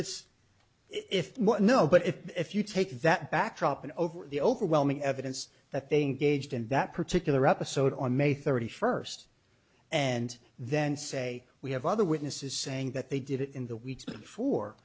it's if but no but if you take that backdrop and over the overwhelming evidence that they gauged in that particular episode on may thirty first and then say we have other witnesses saying that they did it in the weeks before